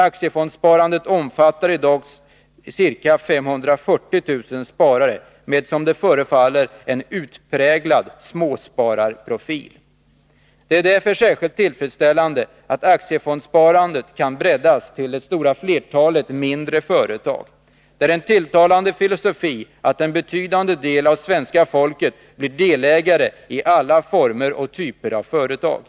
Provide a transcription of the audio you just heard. Aktiefondssparandet omfattar i dag ca 540 000 sparare med som det förefaller en utpräglad småspararprofil. Det är därför särskilt tillfredsställande att aktiefondssparandet kan breddas till de stora flertalet mindre s /;: sionsfondens fjärföretag. Det är en tilltalande filosofi att en betydande del av svenska folket de fondstyrelses blir delägare i alla former och typer av företag.